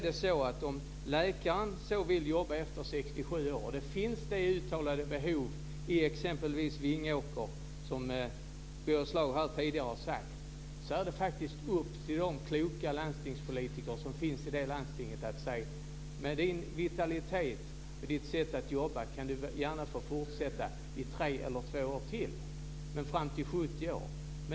Om läkaren vill jobba efter 67 års ålder och om det finns det uttalade behov i exempelvis Vingåker som Birger Schlaug har talat om här tidigare så är det upp till de kloka landstingspolitiker som finns i det landstinget att säga: Med din vitalitet och ditt sätt att jobba så kan du gärna få fortsätta i två eller tre år till, fram till 70 års ålder!